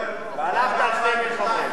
רוברט, זה היה ב-2002,